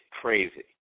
crazy